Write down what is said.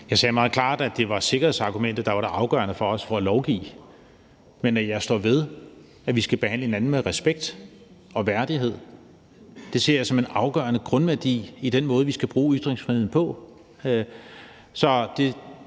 Jeg sagde meget klart, at det var sikkerhedsargumentet, der var det afgørende for os for at lovgive. Men jeg står ved, at vi skal behandle hinanden med respekt og værdighed. Det ser jeg som en afgørende grundværdi i den måde, vi skal bruge ytringsfriheden på. Det